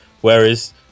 Whereas